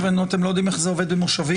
אתם לא יודעים איך זה עובד במושבים?